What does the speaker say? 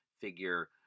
figure